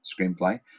screenplay